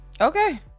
okay